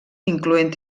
incloent